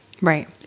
right